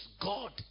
God